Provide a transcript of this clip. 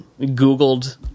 Googled